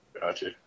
Gotcha